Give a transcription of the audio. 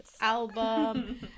album